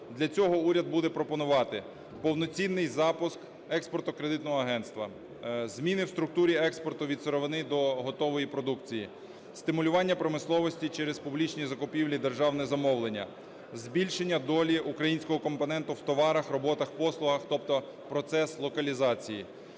Для цього уряд буде пропонувати: повноцінний запуск Експортно-кредитного агентства; зміни в структурі експорту від сировини до готової продукції; стимулювання промисловості через публічні закупівлі, державне замовлення; збільшення долі українського компоненту в товарах, роботах, послугах, тобто процес локалізації;